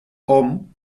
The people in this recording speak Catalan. hom